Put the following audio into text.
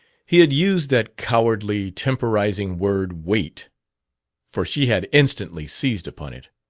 he had used that cowardly, temporizing word wait for she had instantly seized upon it.